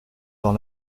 dans